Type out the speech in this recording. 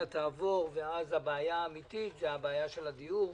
תעבור ואז הבעיה האמיתית היא בעיית הדיור.